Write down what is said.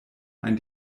ein